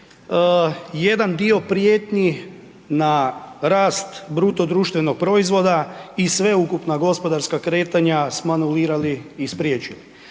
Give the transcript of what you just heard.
jedan dio prijetnji na rast BDP-a i sveukupna gospodarska kretanja smo anulirali i spriječili.